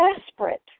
desperate